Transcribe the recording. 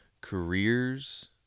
careers